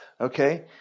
okay